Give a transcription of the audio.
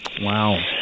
Wow